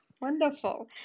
Wonderful